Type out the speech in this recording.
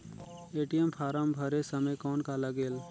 ATM form भरे समय कौन का लगेल?